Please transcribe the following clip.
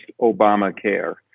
Obamacare